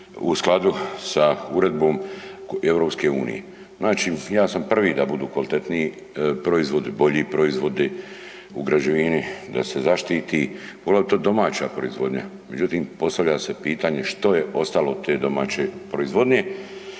u skladu sa uredbom EU. Znači ja sam prvi da budu kvalitetniji proizvodi, bolji proizvodi u građevini da se zaštiti poglavito domaća proizvodnja, međutim postavlja se pitanje što je ostalo od te domaće proizvodnje,